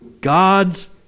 god's